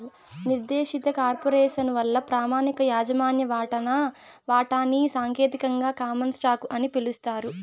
నిర్దేశిత కార్పొరేసను వల్ల ప్రామాణిక యాజమాన్య వాటాని సాంకేతికంగా కామన్ స్టాకు అని పిలుస్తారు